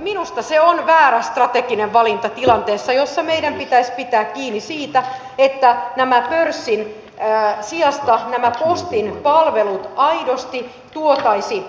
minusta se on väärä strateginen valinta tilanteessa jossa meidän pitäisi pitää kiinni siitä että pörssin sijasta nämä postin palvelut aidosti tuotaisiin